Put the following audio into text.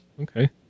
okay